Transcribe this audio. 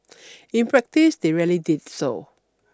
in practice they rarely did so